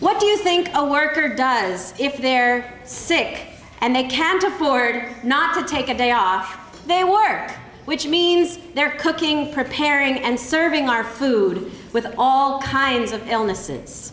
what do you think a worker does if they're sick and they can't afford not to take a day off their work which means they're cooking preparing and serving our food with all kinds of illnesses